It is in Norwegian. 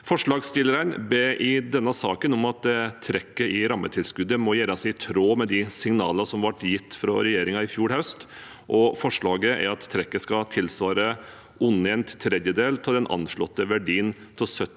Forslagsstillerne ber i denne saken om at trekket i rammetilskuddet må gjøres i tråd med de signalene som ble gitt fra regjeringen i fjor høst, og forslaget er at trekket skal tilsvare under en tredjedel av den anslåtte verdien over 70